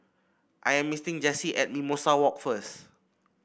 I am meeting Jessy at Mimosa Walk first